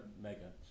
mega